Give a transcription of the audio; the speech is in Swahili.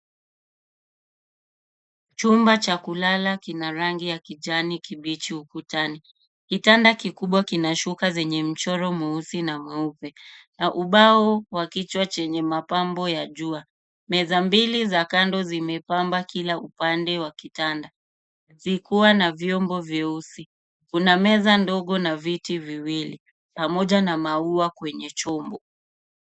Chumba cha kulala kina rangi ya kijani kibichi ukutani. Kitanda kikubwa kinashuka zenye mchoro meusi na meupe. Na ubao wakichwa chenye mapambo ya jua. Meza mbili za kando zimepamba kila upande wa kitanda. Zikuwa na vyombo vyeusi. Kuna meza ndogo na viti viwili. Pamoja na maua kwenye chombo.